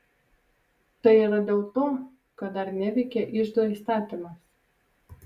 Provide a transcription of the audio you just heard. tai yra dėl to kad dar neveikia iždo įstatymas